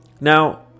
Now